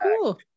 cool